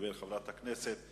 חברת הכנסת חוטובלי,